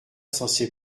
censé